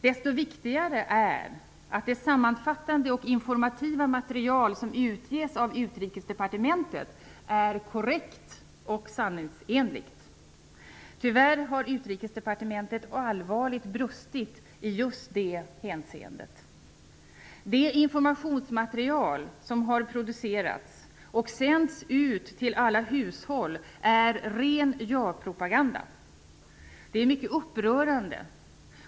Desto viktigare är att det sammanfattande och informativa material som utges av Utrikesdepartementet är korrekt och sanningsenligt. Tyvärr har Utrikesdepartementet allvarligt brustit i just det hänseendet. Det informationsmaterial som har producerats och sänts ut till alla hushåll är ren japropaganda. Det är mycket upprörande.